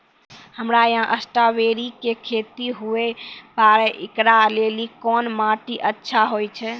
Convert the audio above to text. हमरा यहाँ स्ट्राबेरी के खेती हुए पारे, इकरा लेली कोन माटी अच्छा होय छै?